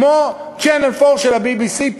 כמו Channel 4 של ה-BBC,